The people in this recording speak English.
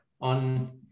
on